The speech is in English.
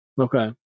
Okay